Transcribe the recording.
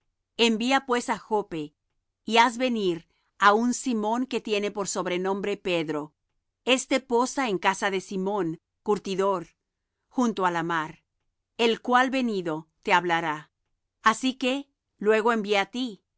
envía pues á joppe y haz venir á un simón que tiene por sobrenombre pedro éste posa en casa de simón curtidor junto á la mar el cual venido te hablará así que luego envié á ti